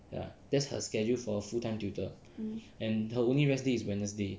ya that's her schedule for a full time tutor and her only rest day is wednesday